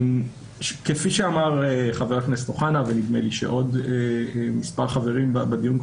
כפי שאמר חבר הכנסת אוחנה ונדמה לי שעוד מספר חברים בדיון,